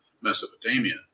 Mesopotamia